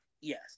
Yes